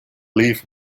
leave